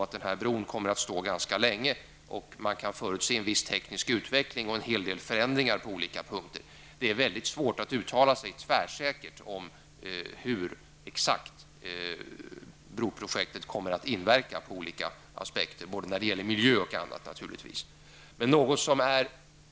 Bron kommer ju ändå att stå kvar ganska länge, och man kan förutse en viss teknisk utveckling och en hel del förändringar på olika punkter. Det är mycket svårt att uttala sig tvärsäkert om exakt vilken inverkan broprojektet kommer att ha både i fråga om miljön och i fråga om andra områden.